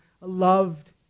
loved